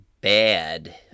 bad